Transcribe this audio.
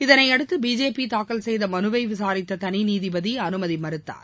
இதனையடுத்து பிஜேபி தாக்கல் செய்த மனுவை விசாரித்த தனிநீதிபதி அனுமதி மறுத்தார்